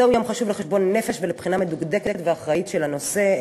זהו יום חשוב לחשבון נפש ולבחינה מדוקדקת ואחראית של הנושא,